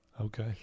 Okay